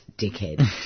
dickhead